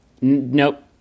Nope